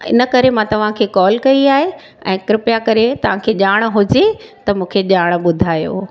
इन करे मां तव्हांखे कॉल कई आहे ऐं कृपा करे तव्हांखे ॼाण हुजे त मूंखे ॼाण ॿुधायो